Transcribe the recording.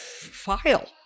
file